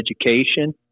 education